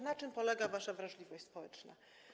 Na czym polega wasza wrażliwość społeczna?